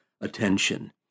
attention